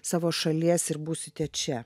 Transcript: savo šalies ir būsite čia